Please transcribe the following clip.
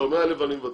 לא, 100 אלף אני מבטל,